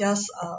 just err